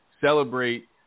celebrate